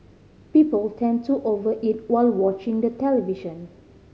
people tend to over eat while watching the television